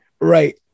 right